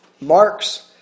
Mark's